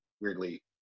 weirdly